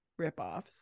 ripoffs